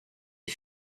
est